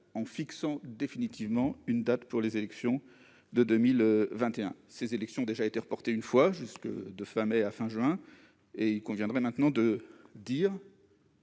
en fixant définitivement une date pour les élections de 2021. Ces élections ont déjà été reportées une fois de fin mai à fin juin. Il conviendra maintenant de dire